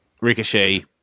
Ricochet